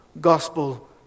gospel